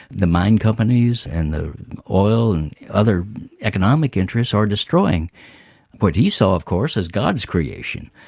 the mine companies and the oil and other economic interests are destroying what he saw of course, as god's creation.